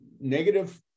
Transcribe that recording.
negative